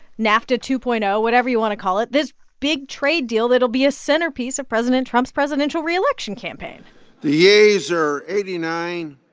nafta two point zero whatever you want to call it this big trade deal that'll be a centerpiece of president trump's presidential reelection campaign the yeas are eighty nine,